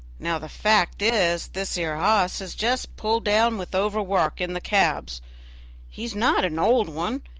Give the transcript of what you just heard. now the fact is, this ere hoss is just pulled down with overwork in the cabs he's not an old one,